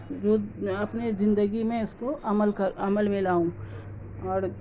روز میں اپنی زندگی میں اس کو عمل کر عمل ملیں لاؤں اور